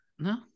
No